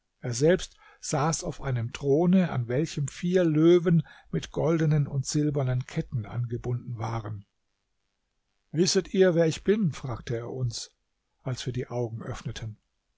er selbst saß auf einem throne an welchem vier löwen mit goldenen und silbernen ketten angebunden waren wisset ihr wer ich bin fragte er uns als wir die augen öffneten